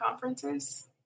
conferences